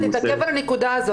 תתעכב על הנקודה הזאת.